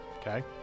Okay